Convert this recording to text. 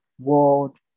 world